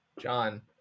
John